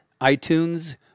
iTunes